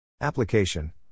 Application